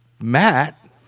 matt